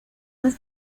los